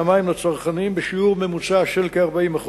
המים לצרכנים בשיעור ממוצע של כ-40%.